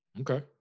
Okay